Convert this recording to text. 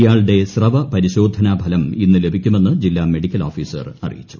ഇയാളുടെ സ്രവ പരിശോധന ഫലം ഇന്നു ലഭിക്കുമെന്ന് ജില്ലാ മെഡിക്കൽ ഓഫീസർ അറിയിച്ചു